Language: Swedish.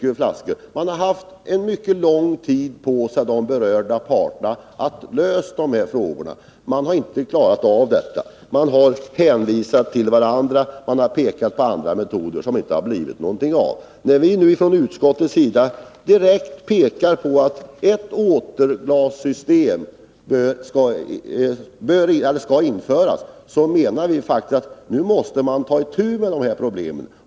De berörda parterna har haft en mycket lång tid på sig för att lösa de här frågorna, men de har inte klarat av detta. De har hänvisat till varandra och pekat på metoder som de sedan inte gått vidare med. När vi från utskottets sida förordar att ett återglassystem skall införas är det därför att vi menar att man nu måste ta itu med dessa problem.